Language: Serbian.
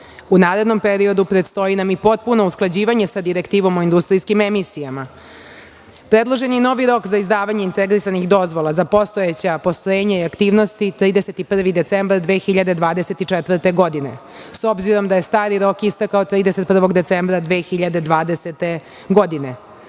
U narednom periodu predstoji nam i potpuno usklađivanje sa direktivom o industrijskim emisijama. Predložen je i novi rok za izdavanje integrisanih dozvola za postojeća postrojenja i aktivnosti 31. decembar 2024. godine, s obzirom da je stari rok istekao 31. decembra 2020. godine.